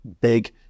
big